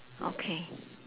okay